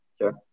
Sure